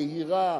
מהירה,